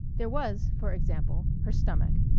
there was, for example, her stomach.